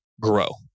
grow